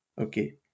okay